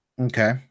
Okay